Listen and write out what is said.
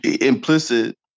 Implicit